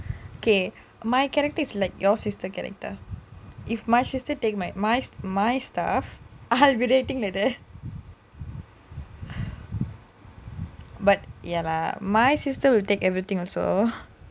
K my character is like your sister character if my sister take my my my stuff I will be like that but ya lah my sister will take everything so